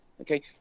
Okay